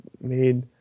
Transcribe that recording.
made